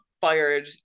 fired